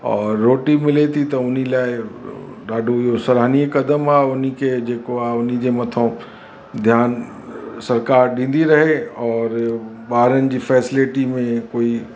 और रोटी मिले थी त हुन लाइ ॾाढो इहो सराहनीय क़दमु आहे हुनखे जेको आहे हुनजे मथां ध्यानु सरकारि ॾींदी रहे और ॿारनि जी फ़ेसिलिटी में कोई